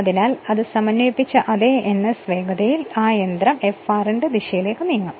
അതിനാൽ അത് സമന്വയിപ്പിച്ച അതേ ns വേഗതയിൽ ആ യന്ത്രം Frന്റെ ദിശയിലേക്ക് തിരിക്കും